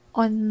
on